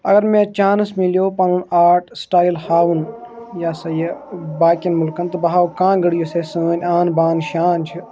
اَگَر مےٚ چانٕس مِلیو پَنُن آرٹ سِٹایل ہاونُک یہِ ہسا یہِ باقٕین مُلکَن تہٕ بہٕ ہاوٕ کانٛگر یُس اَسہِ سٲنۍ آن بان شان چھِ